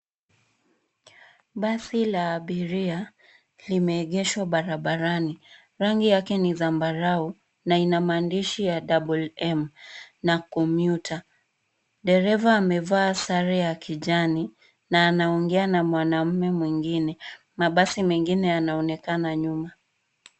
Basi la abiria limeegeshwa barabarani. Rangi yake ni zambarau na ina maandishi ya double m na commuter . Dereva amevaa sare ya kijani na anaongea na mwanaume mwingine. Mabasi mengine yanaonekana nyuma.